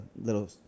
little